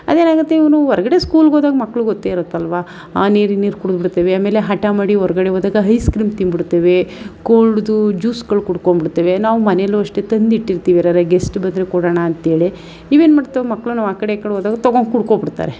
ಆದೇನಾಗುತ್ತೆ ಇವನು ಹೊರ್ಗಡೆ ಸ್ಕೂಲಿಗೋದಾಗ ಮಕ್ಕಳು ಗೊತ್ತೇ ಇರುತ್ತಲ್ವಾ ಆ ನೀರು ಈ ನೀರು ಕುಡಿದ್ಬಿಡ್ತಾವೆ ಆಮೇಲೆ ಹಠ ಮಾಡಿ ಹೊರ್ಗಡೆ ಹೋದಾಗ ಹೈಸ್ ಕ್ರೀಮ್ ತಿಂದುಬಿಡ್ತಾವೆ ಕೋಲ್ಡುದು ಜ್ಯೂಸುಗಳು ಕುಡ್ಕೊಂಡ್ಬಿಡ್ತಾವೆ ನಾವು ಮನೆಯಲ್ಲೂ ಅಷ್ಟೇ ತಂದಿಟ್ಟಿರ್ತೀವಿ ಯಾರಾದ್ರೂ ಗೆಸ್ಟ್ ಬಂದರೆ ಕೊಡೋಣ ಅಂತ್ಹೇಳಿ ಇವೇನು ಮಾಡ್ತಾವೆ ಮಕ್ಕಳು ನಾವು ಆ ಕಡೆ ಈ ಕಡೆ ಹೋದಾಗ ತೊಗೊಂಡು ಕುಡ್ಕೋಬಿಡ್ತಾರೆ